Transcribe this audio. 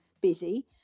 busy